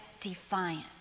defiant